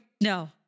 no